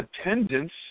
attendance